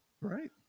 right